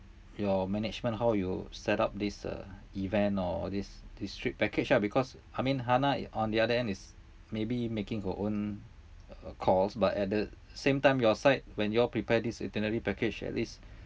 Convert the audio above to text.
your management how you set up this uh event or this this trip package ah because I mean hannah on the other end is maybe making her own uh calls but at the same time your side when you all prepare this itinerary package at least